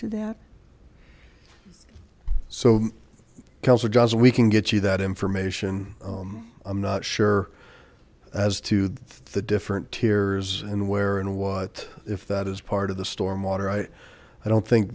to that so we can get you that information i'm not sure as to the the different tiers and where and what if that is part of the storm water i don't think